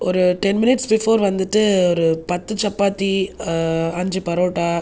ஒரு ten minutes before வந்துட்டு ஒரு பத்து சப்பாத்தி அஞ்சு பரோட்டா